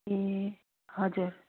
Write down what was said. ए हजुर